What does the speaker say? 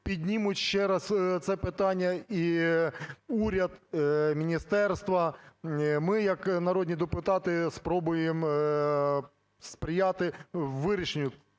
піднімуть ще раз це питання, і уряд, міністерства, ми як народні депутати спробуємо сприяти вирішенню